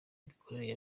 imikorere